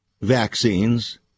vaccines